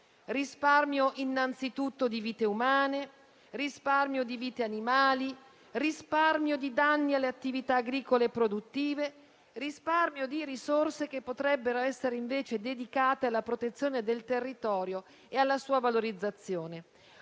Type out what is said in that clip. senso: innanzitutto di vite umane, di vite animali, di danni alle attività agricole e produttive, risparmio di risorse che potrebbero essere invece dedicate alla protezione del territorio e alla sua valorizzazione.